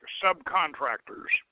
subcontractors